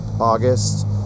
August